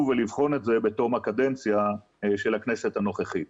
ולבחון את זה בתום הקדנציה של הכנסת הנוכחית.